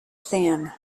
thin